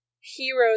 heroes